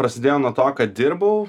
prasidėjo nuo to kad dirbau